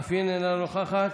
אף היא איננה נוכחת.